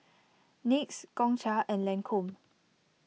Nyx Gongcha and Lancome